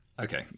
Okay